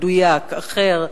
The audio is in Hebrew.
מדויק, אחר,